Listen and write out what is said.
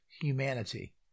humanity